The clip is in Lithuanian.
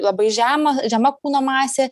labai žema žema kūno masė